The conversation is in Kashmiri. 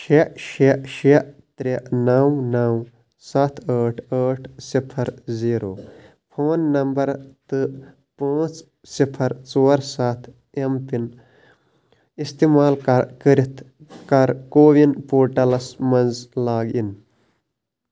شےٚ شےٚ شےٚ ترٛےٚ نَو نَو سَتھ ٲٹھ ٲٹھ صِفر زیٖرَو فون نمبر تہٕ پانٛژھ صِفر ژور سَتھ ایم پِن اِستعمال کٔرِتھ کَر کَووِن پورٹلس مَنٛز لاگ اِن